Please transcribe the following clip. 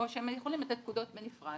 או שהם יכולים לתת פקודות בנפרד.